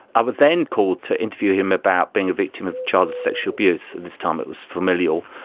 i was then called to interview him about being a victim of childhood sexual abuse. and this time it was familial,